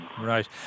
Right